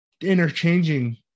interchanging